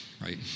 right